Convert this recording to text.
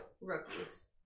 rookies